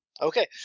Okay